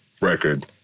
record